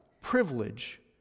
privilege